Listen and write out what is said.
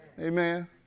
Amen